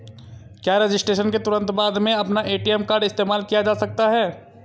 क्या रजिस्ट्रेशन के तुरंत बाद में अपना ए.टी.एम कार्ड इस्तेमाल किया जा सकता है?